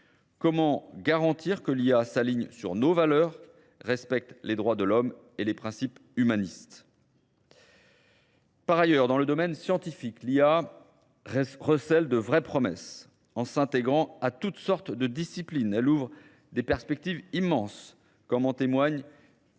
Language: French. Comment garantir que l'IA s'aligne sur nos valeurs, respecte les droits de l'homme et les principes humanistes ? Par ailleurs, dans le domaine scientifique, l'IA recèle de vraies promesses en s'intégrant à toutes sortes de disciplines. Elle ouvre des perspectives immenses comme en témoignent